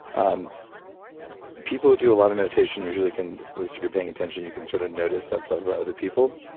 um people who do a lot of meditation usually can at least if you're paying attention you can sort of notice that stuff about other people,